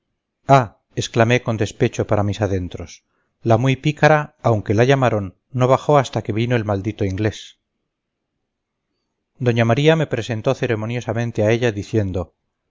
ah exclamé con despecho para mis adentros la muy pícara aunque la llamaron no bajó hasta que vino el maldito inglés doña maría me presentó ceremoniosamente a ella diciendo